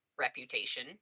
reputation